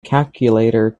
calculator